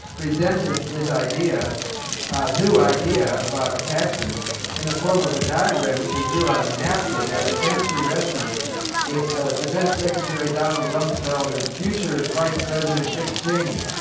presented his idea new idea about taxes in the form of a diagram which he drew on a napkin at a fancy restaurant with defense secretary donald rumsfeld and future vice president dick cheney.